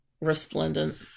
resplendent